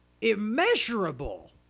Immeasurable